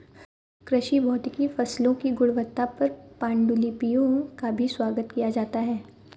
कृषि भौतिकी फसलों की गुणवत्ता पर पाण्डुलिपियों का भी स्वागत किया जाता है